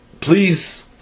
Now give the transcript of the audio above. please